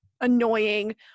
annoying